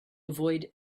avoid